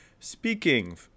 Speaking